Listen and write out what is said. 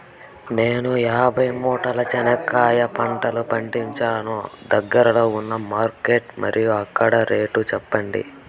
నేను యాభై మూటల చెనక్కాయ పంట పండించాను దగ్గర్లో ఉన్న మార్కెట్స్ మరియు అక్కడ రేట్లు చెప్పండి?